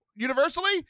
Universally